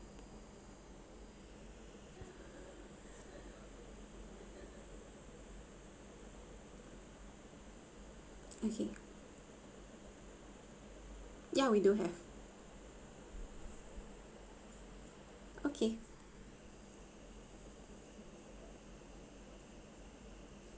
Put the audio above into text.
okay ya we do have okay